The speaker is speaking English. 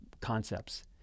concepts